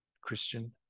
Christian